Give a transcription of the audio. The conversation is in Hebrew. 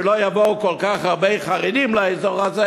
שלא יבואו כל כך הרבה חרדים לאזור הזה